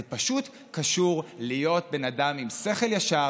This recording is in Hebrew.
זה פשוט קשור להיות בן אדם עם שכל ישר,